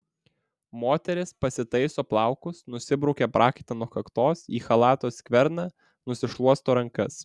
moteris pasitaiso plaukus nusibraukia prakaitą nuo kaktos į chalato skverną nusišluosto rankas